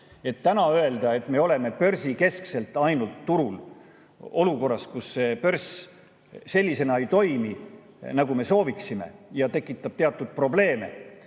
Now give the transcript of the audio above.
Täna öelda, et me oleme börsikeskselt ainult turul, olukorras, kus börs sellisena ei toimi, nagu me sooviksime, ja tekitab teatud probleeme